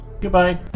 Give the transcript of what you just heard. goodbye